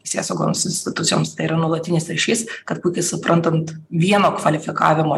teisėsaugos institucijoms tai yra nuolatinis ryšys kad puikiai suprantant vieno kvalifikavimo